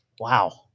Wow